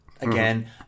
again